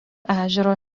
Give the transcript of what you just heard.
ežero